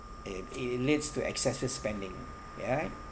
i~ it leads to excessive spending ya